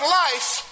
life